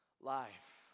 life